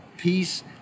peace